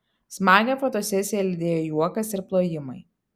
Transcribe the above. smagią fotosesiją lydėjo juokas ir plojimai